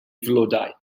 flodau